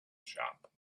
shop